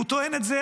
הוא טוען את זה,